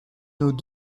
nos